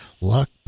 Luck